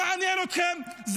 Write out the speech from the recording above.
זה לא מעניין אתכם?